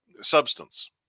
substance